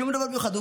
שום דבר מיוחד.